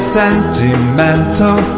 sentimental